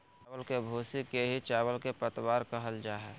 चावल के भूसी के ही चावल के पतवार कहल जा हई